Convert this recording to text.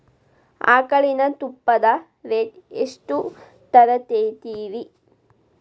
ಆಕಳಿನ ತುಪ್ಪದ ರೇಟ್ ಎಷ್ಟು ಇರತೇತಿ ರಿ?